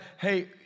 hey